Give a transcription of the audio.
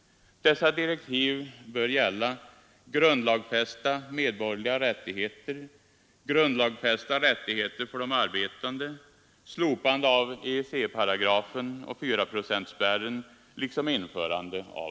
Dessa direktiv bör gälla grundlagsfästa medborgerliga rättigheter, grundlagsfästa rättigheter för de arbetande, slopande av